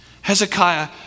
Hezekiah